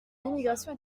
l’immigration